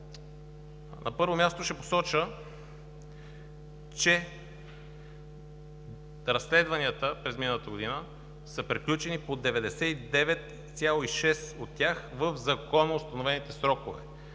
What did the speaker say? На първо място ще посоча, че разследванията през миналата година са приключени по 99,6% от тях в законоустановените срокове,